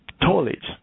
toilets